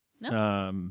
no